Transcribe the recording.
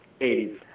80s